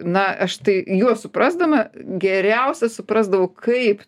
na aš tai juos suprasdama geriausia suprasdavau kaip